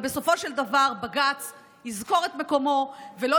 אבל בסופו של דבר בג"ץ יזכור את מקומו ולא